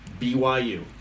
BYU